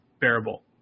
bearable